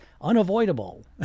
unavoidable